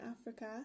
Africa